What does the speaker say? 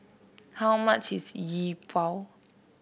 how much is Yi Bua